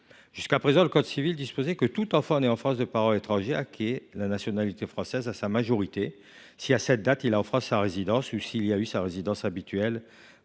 du sol. Le code civil dispose aujourd’hui que tout enfant né en France de parents étrangers acquiert la nationalité française à sa majorité si, à cette date, il a en France sa résidence et s’il a eu sa résidence habituelle